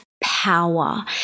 power